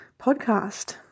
podcast